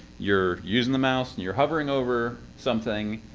you're using the mouse. and you're hovering over something.